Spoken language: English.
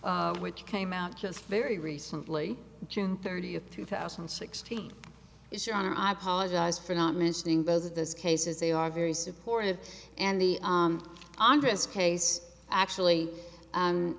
mitchell which came out just very recently june thirtieth two thousand and sixteen is your honor i apologize for not mentioning both of those cases they are very supportive and the andrea's case actually